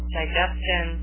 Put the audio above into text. digestion